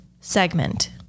segment